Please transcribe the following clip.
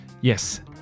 Yes